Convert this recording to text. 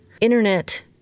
Internet